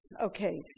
Okay